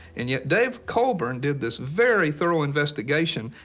and yet, dave colburn did this very thorough investigation,